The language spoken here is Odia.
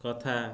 କଥା